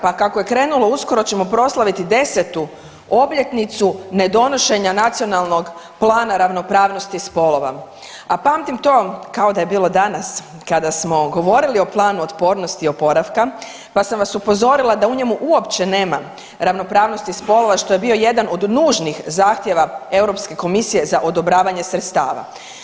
Pa kako je krenulo uskoro ćemo proslaviti 10. obljetnicu ne donošenja nacionalnog plana ravnopravnosti spolova, a pamtim to kao da je bilo danas kada smo govorili o Planu otpornosti i oporavka pa sam vas upozorila da u njemu uopće nema ravnopravnosti spolova što je bio jedan od nužnih zahtijeva Europske komisije za odobravanje sredstava.